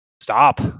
Stop